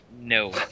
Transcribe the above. No